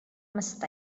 must